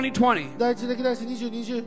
2020